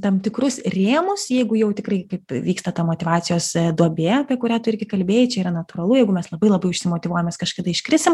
tam tikrus rėmus jeigu jau tikrai kaip vyksta ta motyvacijos duobė apie kurią tu irgi kalbėjai čia yra natūralu jeigu mes labai labai užsimotyvuojam nes kažkada iškrisim